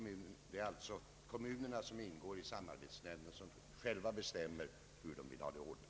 Det är således de kommuner som ingår i samarbetsnämnderna som själva bestämmer hur de skall ha det ordnat.